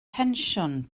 pensiwn